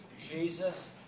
Jesus